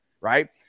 Right